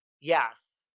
Yes